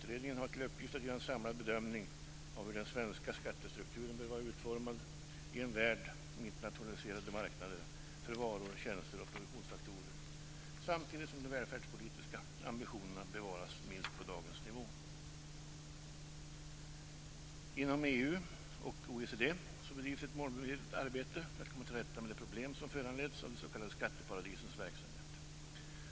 Utredningen har till uppgift att göra en samlad bedömning av hur den svenska skattestrukturen bör vara utformad i en värld med internationaliserade marknader för varor, tjänster och produktionsfaktorer, samtidigt som de välfärdspolitiska ambitionerna bevaras på minst dagens nivå. Inom EU och OECD bedrivs ett målmedvetet arbete för att komma till rätta med de problem som föranleds av de s.k. skatteparadisens verksamhet.